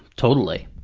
totally.